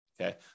okay